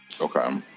Okay